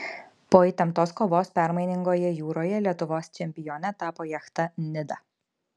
po įtemptos kovos permainingoje jūroje lietuvos čempione tapo jachta nida